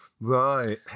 Right